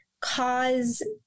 cause